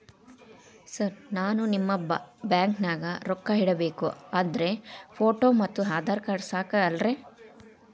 Sir ನಾನು ನಿಮ್ಮ ಬ್ಯಾಂಕನಾಗ ರೊಕ್ಕ ಇಡಬೇಕು ಅಂದ್ರೇ ಫೋಟೋ ಮತ್ತು ಆಧಾರ್ ಕಾರ್ಡ್ ಸಾಕ ಅಲ್ಲರೇ?